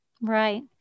Right